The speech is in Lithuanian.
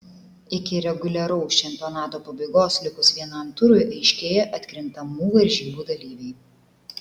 iki reguliaraus čempionato pabaigos likus vienam turui aiškėja atkrintamų varžybų dalyviai